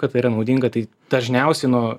kad tai yra naudinga tai dažniausiai nu